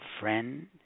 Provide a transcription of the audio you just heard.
friend